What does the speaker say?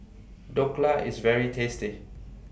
Dhokla IS very tasty